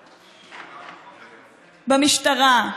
במשטרה,